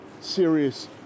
serious